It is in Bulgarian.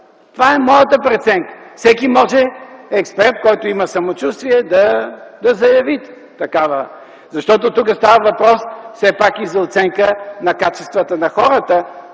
Това е моята преценка. Всеки експерт, който има самочувствие, може да заяви такава, защото тук става въпрос все пак и за оценка на качествата на хората